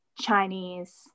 Chinese